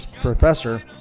professor